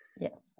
Yes